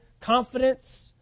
Confidence